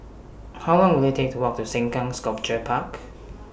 How Long Will IT Take to Walk to Sengkang Sculpture Park